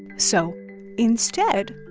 so instead,